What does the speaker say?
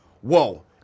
whoa